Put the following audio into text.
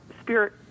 spirit